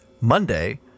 Monday